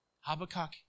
Habakkuk